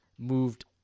Moved